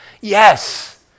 Yes